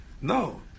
no